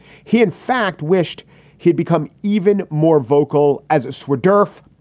he in fact wished he'd become even more vocal as a swor derf,